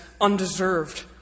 undeserved